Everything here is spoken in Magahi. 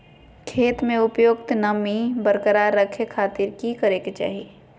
खेत में उपयुक्त नमी बरकरार रखे खातिर की करे के चाही?